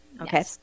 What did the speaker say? okay